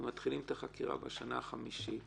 אם מתחילים את החקירה בשנה החמישית,